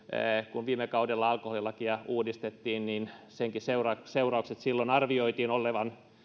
kun viime kaudella alkoholilakia uudistettiin niin senkin seurauksien silloin arvioitiin olevan